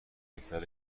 پسر